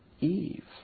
Eve